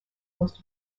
most